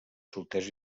solters